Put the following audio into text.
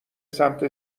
سمت